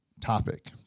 topic